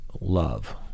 love